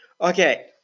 Okay